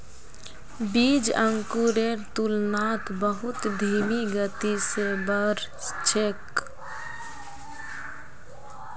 बीज अंकुरेर तुलनात बहुत धीमी गति स बढ़ छेक